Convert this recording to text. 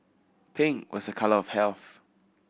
pink was a colour of health